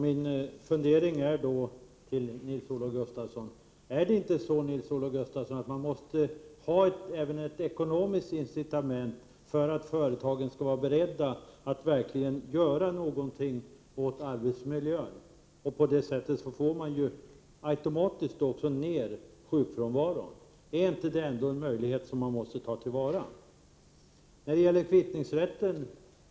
Min fundering är: Är det inte så, Nils-Olof Gustafsson, att man måste ha även ett ekonomiskt incitament för att företagen skall vara beredda att verkligen göra någonting åt arbetsmiljön? På det sättet får man ju också automatiskt ned sjukfrånvaron. Är inte detta en möjlighet som man måste ta till vara? Sedan till kvittningsrätten.